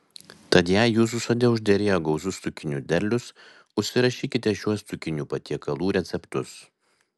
tad jei jūsų sode užderėjo gausus cukinijų derlius užsirašykite šiuos cukinijų patiekalų receptus